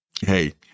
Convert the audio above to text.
hey